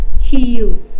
heal